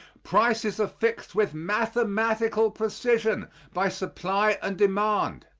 prices are fixed with mathematical precision by supply and demand.